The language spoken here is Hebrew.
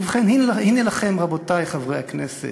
ובכן, הנה לכם, רבותי חברי הכנסת,